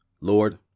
Lord